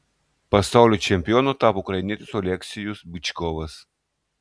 pasaulio čempionu tapo ukrainietis oleksijus byčkovas